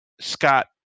Scott